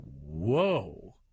Whoa